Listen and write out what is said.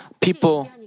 People